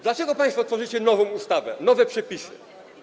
Dlaczego państwo tworzycie nową ustawę, nowe przepisy?